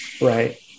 right